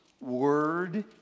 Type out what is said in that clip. word